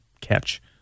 catch